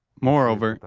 moreover,